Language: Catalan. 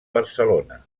barcelona